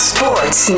Sports